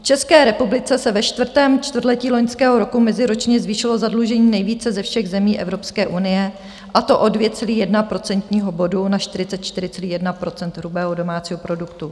V České republice se ve čtvrtém čtvrtletí loňského roku meziročně zvýšilo zadlužení nejvíce ze všech zemí Evropské unie, a to o 2,1 procentního bodu na 44,1 % hrubého domácího produktu.